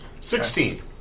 Sixteen